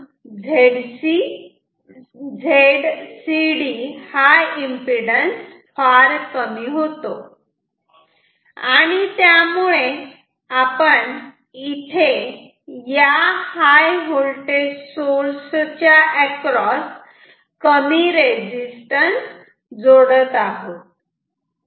म्हणून Zcd फार कमी होतो आणि त्यामुळे आपण इथे या हाय व्होल्टेज सोर्स च्या एक्रॉस कमी रेझिस्टन्स जोडत आहोत